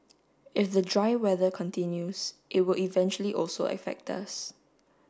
if the dry weather continues it will eventually also affect us